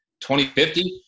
2050